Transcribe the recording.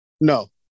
No